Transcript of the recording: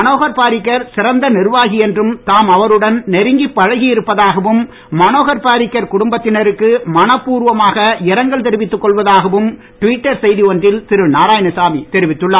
மனோகர் பாரிக்கர் சிறந்த நிர்வாகி என்றும் தாம் அவருடன் நெருங்கிப் பழகி இருப்பதாகவும் மனோகர் பாரிக்கர் குடும்பத்தினருக்கு மனப்பூர்வமாக இரங்கல் தெரிவித்துக் கொள்வதாகவும் டுவிட்டர் செய்தி ஒன்றில் திரு நாராயணசாமி தெரிவித்துள்ளார்